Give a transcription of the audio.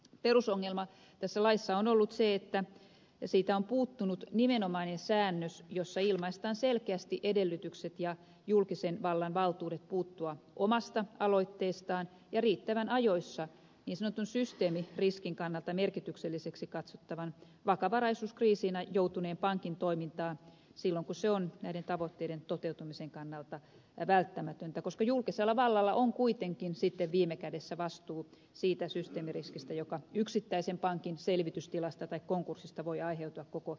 perusongelma tässä laissa on ollut se että siitä on puuttunut nimenomainen säännös jossa ilmaistaan selkeästi edellytykset ja julkisen vallan valtuudet puuttua omasta aloitteestaan ja riittävän ajoissa niin sanotun systeemiriskin kannalta merkitykselliseksi katsottavaan vakavaraisuuskriisiin joutuneen pankin toimintaan silloin kun se on näiden tavoitteiden toteutumisen kannalta välttämätöntä koska julkisella vallalla on kuitenkin sitten viime kädessä vastuu siitä systeemiriskistä joka yksittäisen pankin selvitystilasta tai konkurssista voi aiheutua koko rahoitusjärjestelmälle